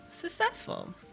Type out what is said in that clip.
successful